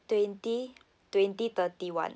twenty twenty thirty one